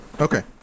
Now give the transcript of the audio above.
Okay